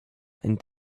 and